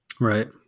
Right